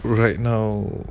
right now